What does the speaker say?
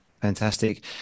fantastic